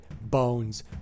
Bones